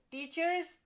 Teachers